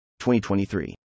2023